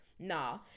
nah